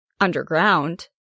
underground